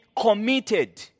committed